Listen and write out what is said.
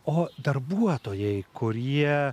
o darbuotojai kurie